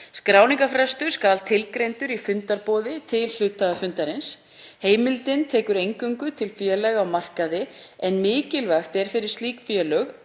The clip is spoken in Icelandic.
Skráningarfrestur skal tilgreindur í fundarboði til hluthafafundarins. Heimildin tekur eingöngu til félaga á markaði en mikilvægt er fyrir slík félög